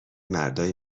مردای